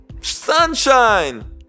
sunshine